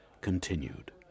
continued